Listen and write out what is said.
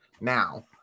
Now